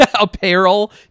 apparel